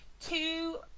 Two